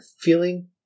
feeling